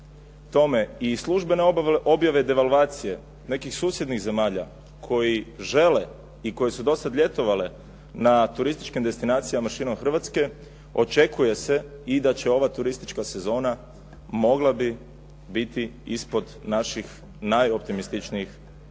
tome i službene objave devalvacije nekih susjednih zemalja koje žele i koje su do sada ljetovale na turističkim destinacijama širom Hrvatske očekuje se i da će ova turistička sezona mogla bi biti ispod naših najoptimističnijih